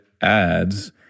ads